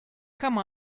come